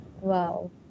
Wow